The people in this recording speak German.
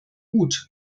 gut